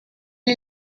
est